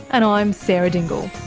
and i'm sarah dingle